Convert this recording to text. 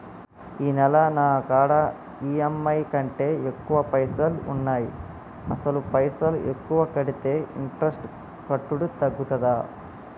ఈ నెల నా కాడా ఈ.ఎమ్.ఐ కంటే ఎక్కువ పైసల్ ఉన్నాయి అసలు పైసల్ ఎక్కువ కడితే ఇంట్రెస్ట్ కట్టుడు తగ్గుతదా?